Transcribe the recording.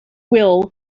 will